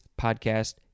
podcast